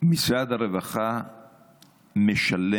משרד הרווחה משלם